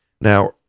now